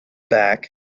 back